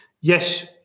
yes